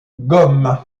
gaume